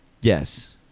Yes